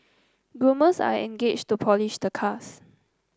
groomers are engaged to polish the cars